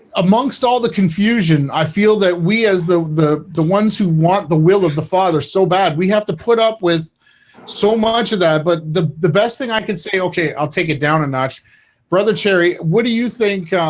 amongst all the confusion i feel that we as the the the ones who want the will of the father so bad we have to put up with so much of that but the the best thing i can say, okay, i'll take it down a notch brother. cherry. what do you think?